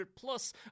plus